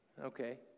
Okay